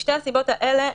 משתי הסיבות האלה,